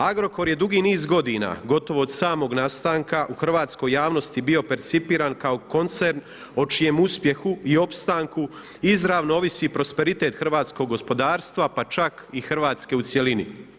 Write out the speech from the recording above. Agrokor je dugi niz godina, gotovo od samog nastanka u hrvatskoj javnosti bio percipiran kao koncern o čijem uspjehu i opstanku izravno ovisi prosperitet hrvatskog gospodarstva, pa čak i Hrvatske u cjelini.